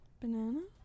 Banana